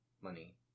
money